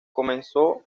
comenzó